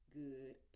good